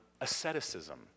asceticism